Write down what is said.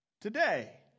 Today